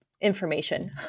information